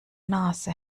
nase